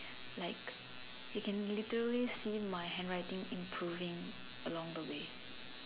like you can literally see my handwriting improving along the way